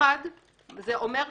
אני אורי דואק ממנהלת האיגוד.